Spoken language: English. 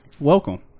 Welcome